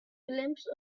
glimpse